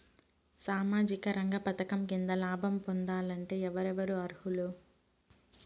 సామాజిక రంగ పథకం కింద లాభం పొందాలంటే ఎవరెవరు అర్హులు?